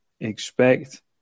expect